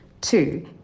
Two